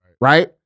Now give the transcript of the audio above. right